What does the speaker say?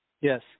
Yes